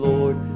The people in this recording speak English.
Lord